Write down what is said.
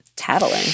tattling